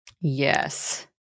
Yes